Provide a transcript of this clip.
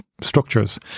structures